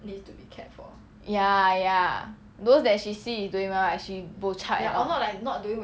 ya ya those that she see is doing well right she bo chap at all